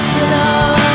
enough